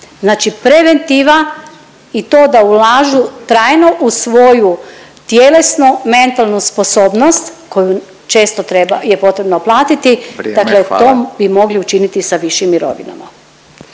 Znači preventiva i to da ulažu trajno u svoju tjelesnu, mentalnu sposobnost koju često treba, je potrebno platiti,… .../Upadica: Vrijeme, hvala./... dakle to bi mogli učiniti sa višim mirovinama.